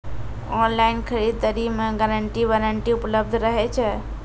Online खरीद दरी मे गारंटी वारंटी उपलब्ध रहे छै?